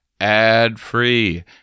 Ad-free